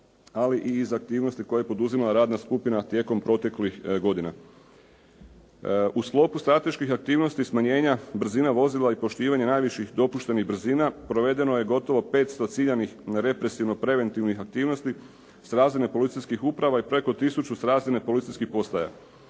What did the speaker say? ali i iz aktivnosti koje poduzima radna skupina tijekom proteklih godina. U sklopu strateških aktivnosti smanjenja brzine vozila i poštivanja najviših dopuštenih brzina provedeno je gotovo 500 ciljanih represivno preventivnih aktivnosti s razine policijskih uprava i preko tisuću s razine policijskih postaja.